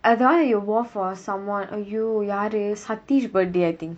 uh that [one] that you wore for someone !aiyo! யாரு:yaaru sathish birthday I think